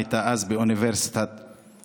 היא הייתה אז באוניברסיטת חיפה.